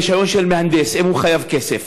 רישיון של מהנדס אם הוא חייב כסף,